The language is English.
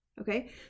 Okay